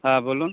হ্যাঁ বলুন